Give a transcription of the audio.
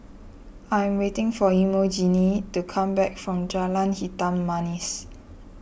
I am waiting for Emogene to come back from Jalan Hitam Manis